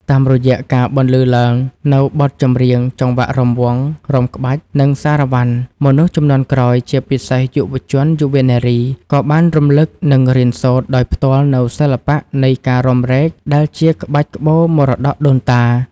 តាមរយៈការបន្លឺឡើងនូវបទចម្រៀង ចង្វាក់រាំវង់ រាំក្បាច់ និងសារ៉ាវ៉ាន់ មនុស្សជំនាន់ក្រោយ ជាពិសេសយុវជនយុវនារី ក៏បានរំលឹក និងរៀនសូត្រដោយផ្ទាល់នូវសិល្បៈនៃការរាំរែកដែលជាក្បាច់ក្បូរមរតកដូនតា។